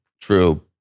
True